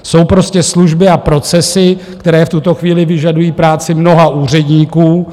Jsou prostě služby a procesy, které v tuto chvíli vyžadují práci mnoha úředníků.